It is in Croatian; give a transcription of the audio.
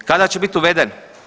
Kada će biti uveden?